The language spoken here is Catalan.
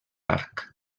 arc